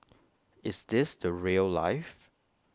is this the rail life